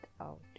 out